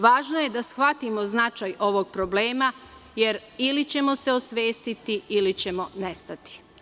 Važno je da shvatimo značaj ovog problema jer ili ćemo se osvestiti ili ćemo nestati.